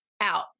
out